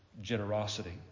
generosity